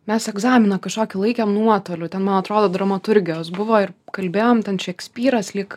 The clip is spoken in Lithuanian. mes egzaminą kažkokį laikėm nuotoliu ten man atrodo dramaturgijos buvo ir kalbėjom ten šekspyras lyg